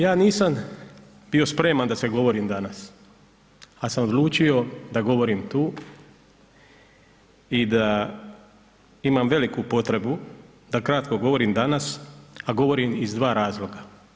Ja nisam bio spreman da se govorim danas, al sam odlučio da govorim tu i da imam veliku potrebu da kratko govorim danas, a govorim iz dva razloga.